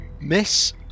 miss